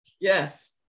Yes